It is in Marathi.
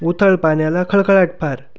उथळ पाण्याला खळखळाट फार